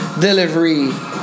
delivery